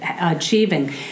achieving